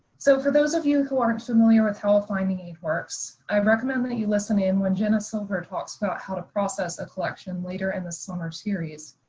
so for those of you who aren't familiar with how the finding aid works, i recommend that you listen in when jenna silver talks about how to process a collection later in this summer series.